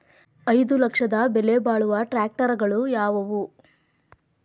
ಐದು ಲಕ್ಷದ ಬೆಲೆ ಬಾಳುವ ಟ್ರ್ಯಾಕ್ಟರಗಳು ಯಾವವು?